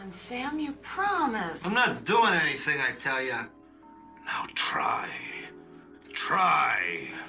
and sam you promised i'm not doing anything i tell you now try try